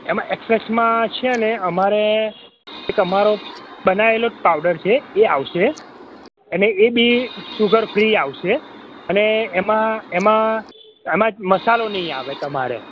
એમાં એકસ એકસમાં છે ને અમારે એક અમારો બનાયેલો પાવડર છે એ આવશે અને એ બી સુગર ફ્રી આવશે અને એમા એમા આમ મસાલા નય આવે તમારે